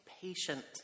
patient